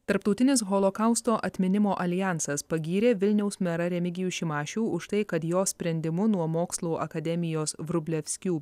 tarptautinis holokausto atminimo aljansas pagyrė vilniaus merą remigijų šimašių už tai kad jo sprendimu nuo mokslų akademijos vrublevskių